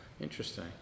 interesting